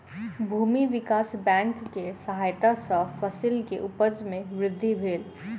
भूमि विकास बैंक के सहायता सॅ फसिल के उपज में वृद्धि भेल